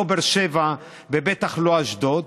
לא באר שבע ובטח לא אשדוד.